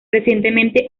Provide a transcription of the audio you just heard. recientemente